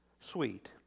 sweet